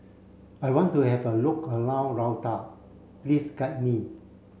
I want to have a look around Luanda please guide me